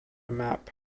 map